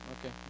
Okay